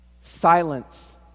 Silence